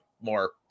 more